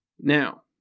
Now